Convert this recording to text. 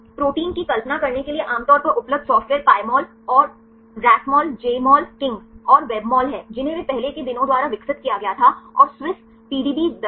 protein की कल्पना करने के लिए आमतौर पर उपलब्ध सॉफ्टवेयर पायमोल और रस्मोल जेमोल किंग और वेबमोल हैं जिन्हें वे पहले के दिनों द्वारा विकसित किया गया था और स्विस पीडीबी दर्शक